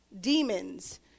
demons